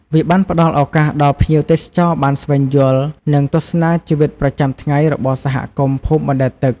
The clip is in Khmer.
វាបានផ្តល់ឱកាសដល់ភ្ញៀវទេសចរបានស្វែងយល់ និងទស្សនាជីវិតប្រចាំថ្ងៃរបស់សហគមន៍ភូមិបណ្ដែតទឹក។